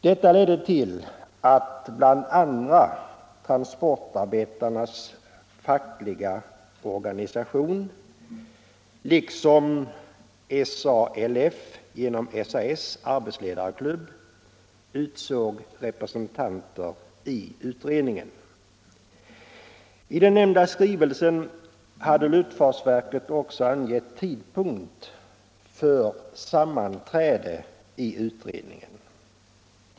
Detta ledde till att bl.a. transportarbetarnas fackliga organisation liksom SALF —- genom SAS arbetsledarklubb — utsåg representanter i utredningen. I den nämnda skrivelsen hade luftfartsverket också angivit tidpunkt för sammanträde i utredningen.